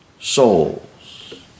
souls